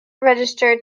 register